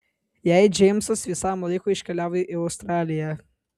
jei džeimsas visam laikui iškeliauja į australiją